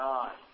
God